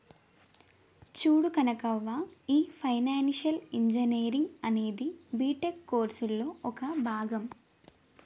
చూడు కనకవ్వ, ఈ financial engineering అనేది బీటెక్ కోర్సులలో ఒక భాగం